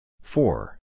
Four